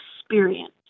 experience